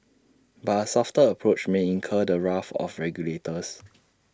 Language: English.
but A softer approach may incur the wrath of regulators